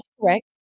correct